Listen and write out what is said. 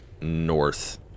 north